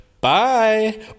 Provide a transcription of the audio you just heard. Bye